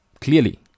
clearly